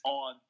on